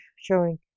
showing